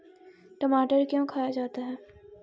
टमाटर क्यों खाया जाता है?